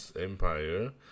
Empire